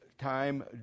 time